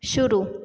शुरू